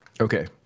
Okay